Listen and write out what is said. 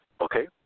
Okay